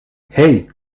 hey